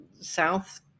south